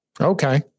Okay